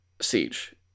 Siege